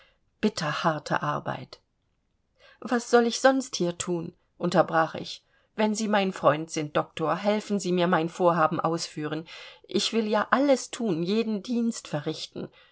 bitterharte arbeit was soll ich sonst hier thun unterbrach ich wenn sie mein freund sind doktor helfen sie mir mein vorhaben ausführen ich will ja alles thun jeden dienst verrichten